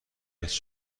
دونست